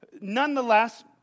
nonetheless